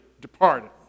departed